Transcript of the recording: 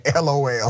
LOL